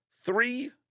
three